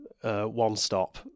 one-stop